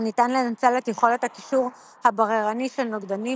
- ניתן לנצל את יכולת הקישור הבררני של נוגדנים